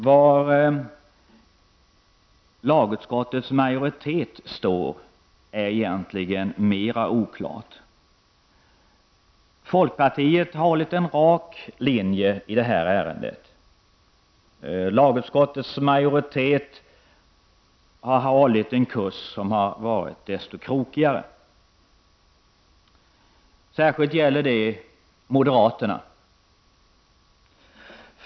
Var lagutskottets majoritet står är mera oklart. Folkpartiet har hållit en rak linje i detta ärende. Lagutskottets majoritet har hållit en kurs som varit desto krokigare. Särskilt gäller detta moderaterna.